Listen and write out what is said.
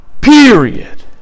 Period